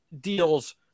deals